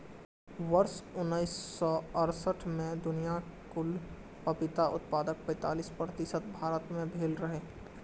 वर्ष उन्नैस सय अट्ठारह मे दुनियाक कुल पपीता उत्पादनक पैंतालीस प्रतिशत भारत मे भेल रहै